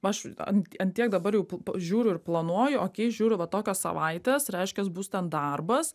aš ant ant tiek dabar jau p žiūriu ir planuoju okei žiūriu va tokios savaitės reiškias bus ten darbas